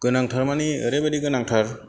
गोनांथार माने ओरैबादि गोनांथार